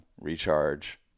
recharge